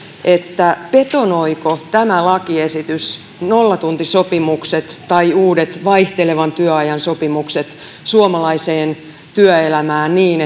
betonoiko tämä lakiesitys nollatuntisopimukset tai uudet vaihtelevan työajan sopimukset suomalaiseen työelämään niin